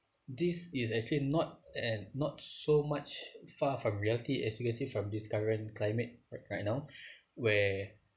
this is actually not and not so much far from reality as you can see from this current climate right right now where